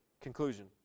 Conclusion